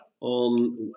on